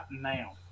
now